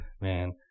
man